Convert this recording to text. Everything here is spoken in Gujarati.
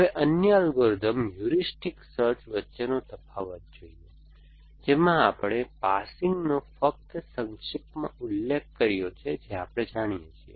હવે અન્ય અલ્ગોરિધમ્સ હ્યુરિસ્ટિક સર્ચ વચ્ચેનો તફાવત જોઈએ જેમાં આપણે પાસિંગનો ફક્ત સંક્ષિપ્તમાં ઉલ્લેખ કર્યો છે જે આપણે જાણીએ છીએ